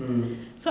mm